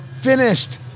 finished